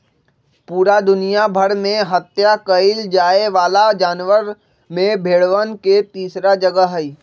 पूरा दुनिया भर में हत्या कइल जाये वाला जानवर में भेंड़वन के तीसरा जगह हई